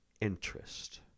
interest